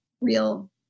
real